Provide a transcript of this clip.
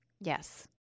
Yes